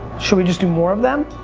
should we just do more of them?